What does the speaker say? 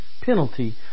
penalty